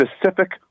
specific